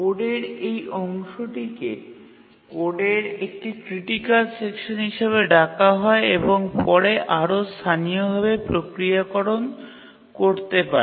কোডের এই অংশটিকে কোডের একটি ক্রিটিকাল সেকশান হিসাবে ডাকা হয় এবং পরে আরও স্থানীয়ভাবে প্রক্রিয়াকরণ করতে পারে